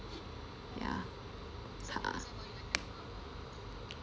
ya